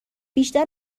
بیشتر